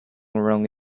wrong